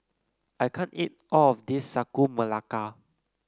I can't eat all of this Sagu Melaka